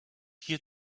hier